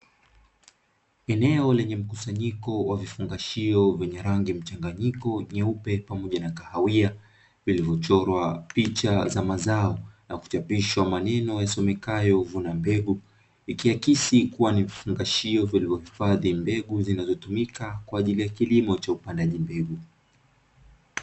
Eneo lenye mkusanyiko wa vifungashio vyenye rangi mchanganyiko, nyeupe pamoja na kahawia, vilivyochorwa picha za mazao na kuchapishwa maneno yasomekayo "vuna mbegu" , ikiakisi kuwa ni vifungashio vilivyohifadhi mbegu zinazotumika kwa ajili ya kilimo cha upandaji mbegu.